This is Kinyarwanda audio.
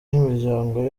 n’imiryango